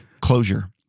closure